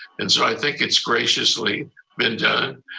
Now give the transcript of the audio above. and so i think it's graciously been done.